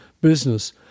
business